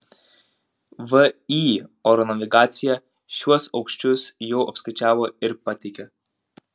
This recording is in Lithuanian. vį oro navigacija šiuos aukščius jau apskaičiavo ir pateikė